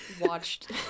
watched